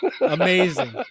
Amazing